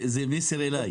זה מסר אליי.